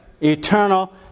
Eternal